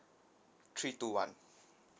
three two one